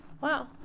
Wow